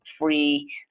free